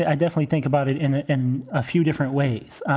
i definitely think about it in it in a few different ways.